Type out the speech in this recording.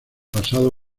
pasado